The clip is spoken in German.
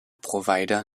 provider